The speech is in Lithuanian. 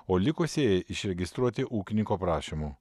o likusieji išregistruoti ūkininko prašymu